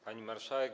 Pani Marszałek!